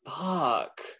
fuck